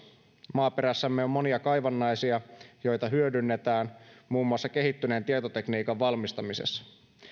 maaperässämme on monia kaivannaisia joita hyödynnetään muun muassa kehittyneen tietotekniikan valmistamisessa